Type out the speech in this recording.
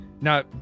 now